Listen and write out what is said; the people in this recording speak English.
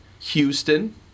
Houston